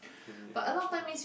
I need a lot of time